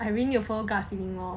I really need to follow gut feeling lor